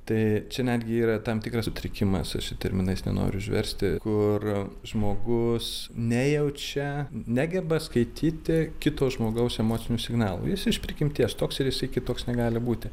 tai čia netgi yra tam tikras sutrikimas jūsų terminais nenori užversti kur žmogus nejaučia negeba skaityti kito žmogaus emocinių signalų jis iš prigimties toks ir jisai kitoks negali būti